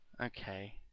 Okay